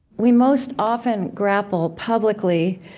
we most often grapple publicly,